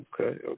Okay